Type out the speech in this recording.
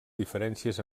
diferències